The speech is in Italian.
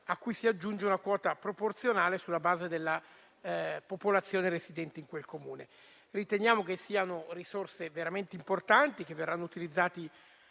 a cui si aggiunge una quota proporzionale sulla base della popolazione residente in quel Comune. Riteniamo che siano risorse veramente importanti, che verranno utilizzate